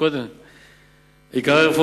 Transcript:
1. מה הם עיקרי הרפורמה?